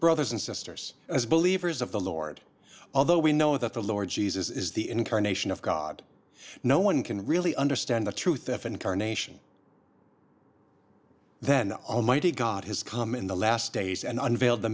brothers and sisters as believers of the lord although we know that the lord jesus is the incarnation of god no one can really understand the truth of incarnation then the almighty god has come in the last days and unveiled the